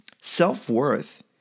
Self-worth